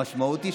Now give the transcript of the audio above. המשמעות היא,